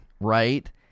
right